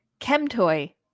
Chemtoy